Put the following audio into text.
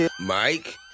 Mike